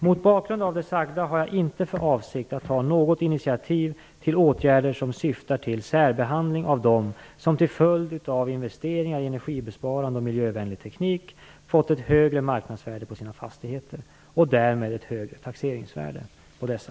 Mot bakgrund av det sagda har jag inte för avsikt att ta något initiativ till åtgärder som syftar till särbehandling av dem som till följd av investeringar i energibesparande och miljövänlig teknik fått ett högre marknadsvärde på sina fastigheter - och därmed ett högre taxeringsvärde på dessa.